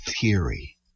theory